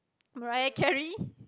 Mariah-Carey